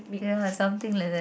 ya something like that